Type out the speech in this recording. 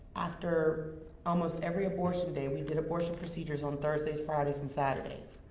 after almost every abortion day we did abortion procedures on thursdays, fridays, and saturdays.